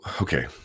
Okay